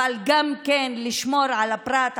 וגם לשמור על הפרט,